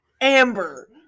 Amber